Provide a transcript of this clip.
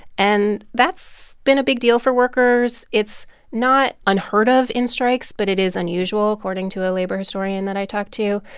and that's been a big deal for workers. it's not unheard of in strikes, but it is unusual according to a labor historian that i talked to.